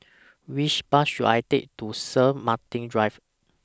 Which Bus should I Take to Saint Martin's Drive